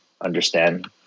understand